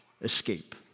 escape